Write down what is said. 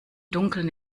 dunkeln